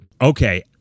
Okay